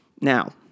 now